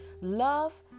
Love